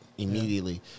Immediately